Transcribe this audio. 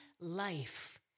life